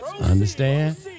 Understand